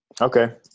okay